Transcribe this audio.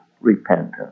repentance